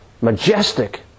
Majestic